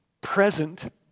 present